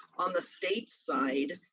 on the state side,